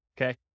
Okay